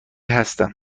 هستم